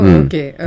okay